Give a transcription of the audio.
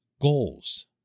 goals